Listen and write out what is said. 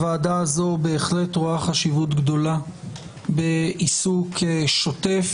הוועדה הזו רואה חשיבות גדולה בעיסוק שוטף